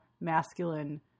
masculine